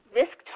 risk